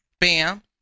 Bam